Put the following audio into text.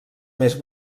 més